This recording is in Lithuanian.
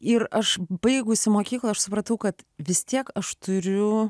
ir aš baigusi mokyklą aš supratau kad vis tiek aš turiu